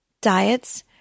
Diets